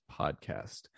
podcast